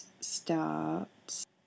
starts